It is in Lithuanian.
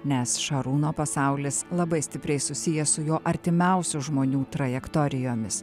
nes šarūno pasaulis labai stipriai susijęs su jo artimiausių žmonių trajektorijomis